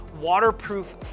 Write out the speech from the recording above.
waterproof